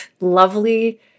lovely